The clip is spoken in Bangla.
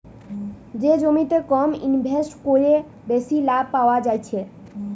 যে জমিতে কম ইনভেস্ট কোরে বেশি লাভ পায়া যাচ্ছে